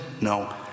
No